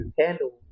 handle